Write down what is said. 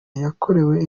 yakorewe